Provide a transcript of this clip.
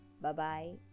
bye-bye